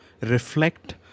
reflect